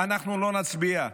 אנחנו לא נצביע.